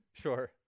sure